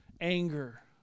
anger